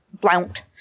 Blount